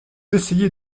essayez